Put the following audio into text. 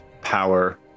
power